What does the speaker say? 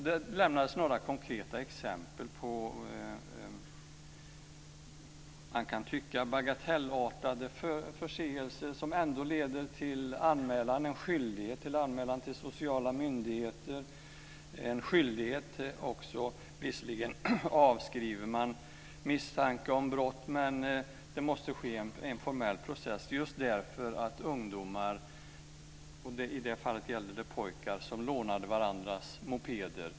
De lämnade några konkreta exempel på vad man kan tycka är bagatellartade förseelser men som ändå leder till en skyldighet att anmäla till sociala myndigheter. Visserligen avskrivs misstanke om brott, men det måste ske en formell process. I det här fallet gällde det pojkar som lånade varandras mopeder.